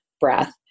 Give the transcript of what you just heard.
breath